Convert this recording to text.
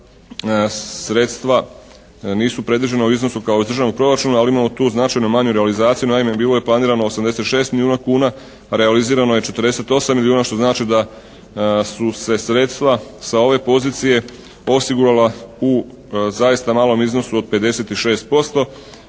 sredstva nisu predviđena u iznosu kao iz državnog proračuna ali imamo tu značajno manju realizaciju. Naime bilo je planirano 86 milijuna kuna, realizirano 48 milijuna, što znači da su se sredstva sa ove pozicije osigurala u zaista malom iznosu od 56%